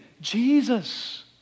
Jesus